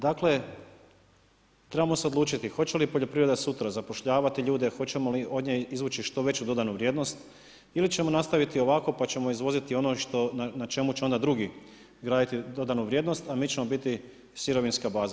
Dakle, trebalo se odlučiti hoće li poljoprivreda sutra zapošljavati ljude, hoćemo li od nje izvući što veću dodanu vrijednost ili ćemo nastaviti ovako pa ćemo izvoziti ono na čemu će drugi graditi dodanu vrijednost a mi ćemo biti sirovinska baza.